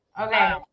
Okay